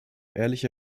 ehrliche